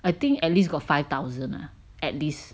I think at least got five thousand lah at least